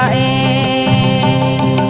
a